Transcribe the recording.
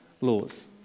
laws